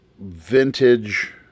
vintage